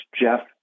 Jeff